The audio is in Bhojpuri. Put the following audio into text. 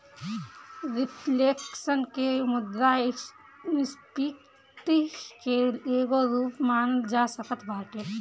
रिफ्लेक्शन के मुद्रास्फीति के एगो रूप मानल जा सकत बाटे